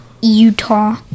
Utah